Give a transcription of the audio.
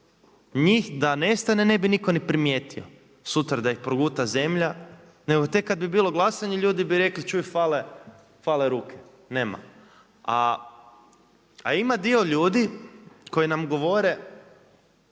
Njih da nestane ne bi nitko ni primijetio, sutra da ih proguta zemlja nego tek kada bi bilo glasanje ljudi bi rekli čuj fale ruke, nema. A ima dio ljudi koji nam govore